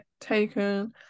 taken